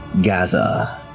gather